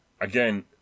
again